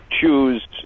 choose